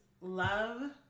love